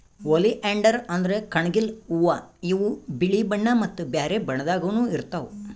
oleander ಅಂದ್ರ ಕಣಗಿಲ್ ಹೂವಾ ಇವ್ ಬಿಳಿ ಬಣ್ಣಾ ಮತ್ತ್ ಬ್ಯಾರೆ ಬಣ್ಣದಾಗನೂ ಇರ್ತವ್